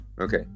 Okay